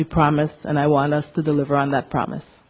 we promised and i want us to deliver on that promise